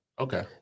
Okay